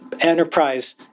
enterprise